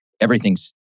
Everything's